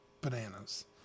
bananas